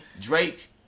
Drake